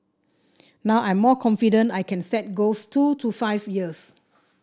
now I'm more confident I can set goals two to five years